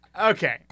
Okay